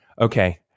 okay